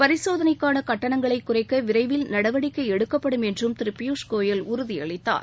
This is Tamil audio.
பரிசோதனைக்கான கட்டணங்களை விரைவில் குறைக்க விரைவில் நடவடிக்கை எடுக்கப்படும் என்றும் திரு பியூஷ் கோயல் உறுதி அளித்தார்